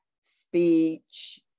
speech